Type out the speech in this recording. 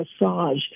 massage